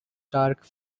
dark